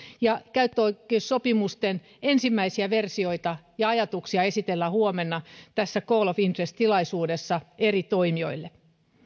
ja käyttöoikeussopimusten ensimmäisiä versioita ja ajatuksia esitellään huomenna call of interest tilaisuudessa eri toimijoille